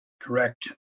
Correct